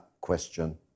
question